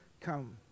come